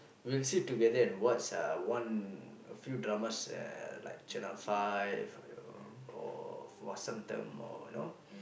we'll sit together and watch uh one a few dramas uh like channel five or or or Vasantham or you know